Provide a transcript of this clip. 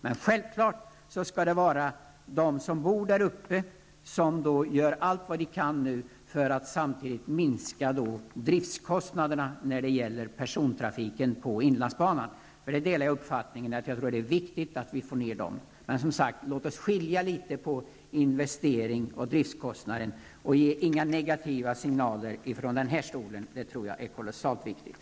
Men självfallet skall de som bor där uppe göra allt vad de kan för att minska driftskostnaderna för persontrafiken på inlandsbanan. Jag är också av den uppfattningen att det är viktigt att vi får ner de kostnaderna. Men låt oss skilja på investeringar och driftskostnader och inte ge några negativa signaler från denna kammare! Det tror jag är kolossalt viktigt.